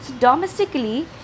Domestically